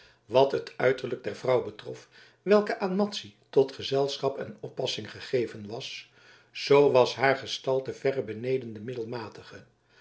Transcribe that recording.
wat het uiterlijke der vrouw betrof welke aan madzy tot gezelschap en oppassing gegeven was zoo was haar gestalte verre beneden de middelmatige